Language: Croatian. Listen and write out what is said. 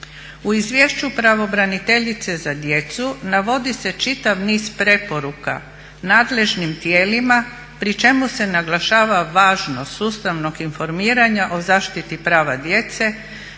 U izviješću pravobraniteljice za djecu navodi se čitav niz preporuka nadležnim tijelima pri čemu se naglašava važnost sustavnog informiranja o zaštiti prava djece,